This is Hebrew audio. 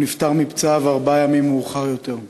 הוא נפטר מפצעיו ארבעה ימים מאוחר יותר.